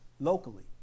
locally